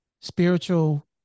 spiritual